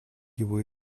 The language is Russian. его